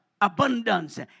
abundance